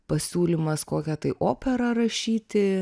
pasiūlymas kokią tai operą rašyti